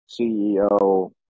CEO